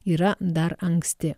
yra dar anksti